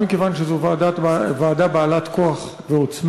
גם מכיוון שזו ועדה בעלת כוח ועוצמה